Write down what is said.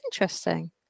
interesting